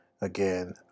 again